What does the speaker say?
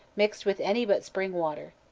mixed with any but spring water.